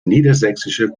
niedersächsische